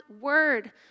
word